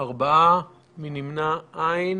5 נמנעים, אין